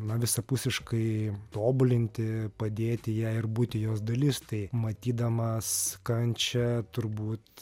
na visapusiškai tobulinti padėti jai ir būti jos dalis tai matydamas kančią turbūt